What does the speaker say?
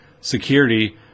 security